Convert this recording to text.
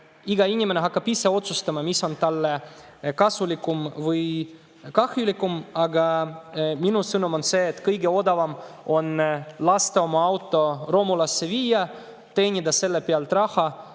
iga inimene hakkab ise otsustama, mis on talle kasulikum või kahjulikum. Aga minu sõnum on see, et kõige odavam on lasta oma auto romulasse viia, teenida selle pealt raha